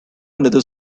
another